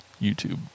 YouTube